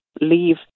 leave